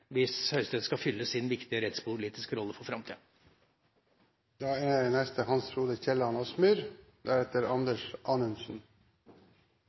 hvis Høyesterett skal fylle sin viktige rettspolitiske rolle